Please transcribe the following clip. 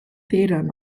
federn